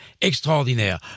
extraordinaire